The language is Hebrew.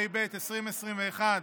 התשפ"ב 2021,